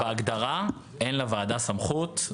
בהגדרה אין לוועדה סמכות,